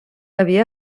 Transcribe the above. havia